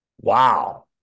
wow